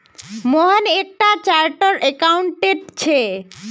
मोहन एक टा chartered accountant छे